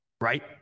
right